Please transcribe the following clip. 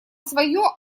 свое